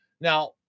Now